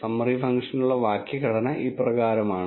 summary ഫങ്ക്ഷനുള്ള വാക്യഘടന ഇപ്രകാരമാണ്